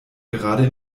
gerade